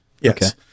Yes